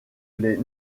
les